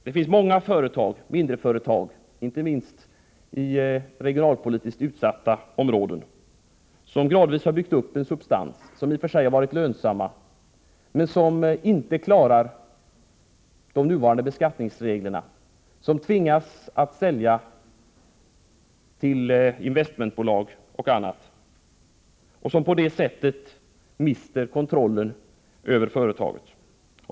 Det finns många mindre företag, inte minst i regionalpolitiskt utsatta områden, som gradvis har byggt upp en substans och som i och för sig har varit lönsamma men som inte klarat de nuvarande beskattningsreglerna, utan har fått säljas till investmentbolag. På det sättet har ägarna mist kontrollen över företaget.